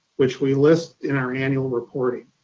which we list in our annual reporting.